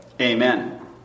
amen